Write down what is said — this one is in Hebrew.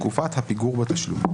תקופת הפיגור בתשלום).